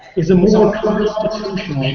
is a more so and constitutional,